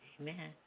Amen